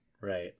Right